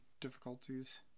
difficulties